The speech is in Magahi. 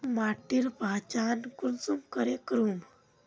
माटिर पहचान कुंसम करे करूम?